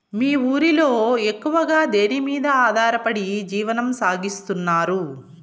మీ ఊరిలో ఎక్కువగా దేనిమీద ఆధారపడి జీవనం సాగిస్తున్నారు?